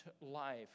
life